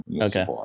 Okay